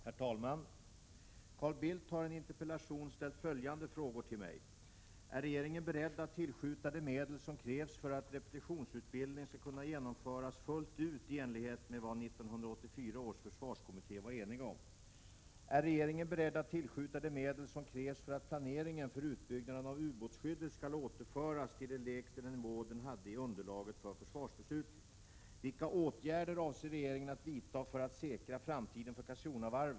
Herr talman! Carl Bildt har i en interpellation ställt följande frågor till mig: 1. Ärregeringen beredd att tillskjuta de medel som krävs för att repetitionsutbildning skall kunna genomföras fullt ut i enlighet med vad 1984 års försvarskommitté var enig om? 2. Ärregeringen beredd att tillskjuta de medel som krävs för att planeringen för utbyggnaden av ubåtsskyddet skall återföras till lägst den nivå den hade i underlaget för försvarsbeslutet? 4.